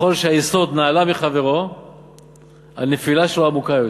שככל שהיסוד נעלה מחברו הנפילה שלו עמוקה יותר.